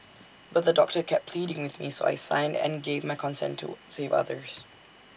but the doctor kept pleading with me so I signed and gave my consent to save others